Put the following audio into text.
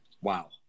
wow